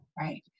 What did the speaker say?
right